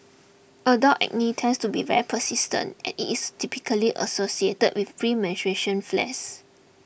adult acne tends to be very persistent and it is typically associated with flares